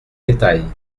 détails